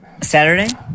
saturday